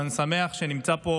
ואני שמח שנמצאים פה